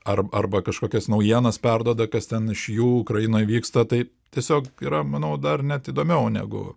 ar arba kažkokias naujienas perduoda kas ten iš jų ukrainoj vyksta tai tiesiog yra manau dar net įdomiau negu